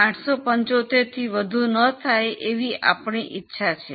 875 થી વધુ ન થાય એવી આપણી ઇચ્છા છે